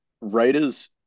Raiders